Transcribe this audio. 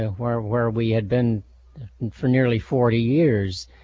where where we had been for nearly forty years,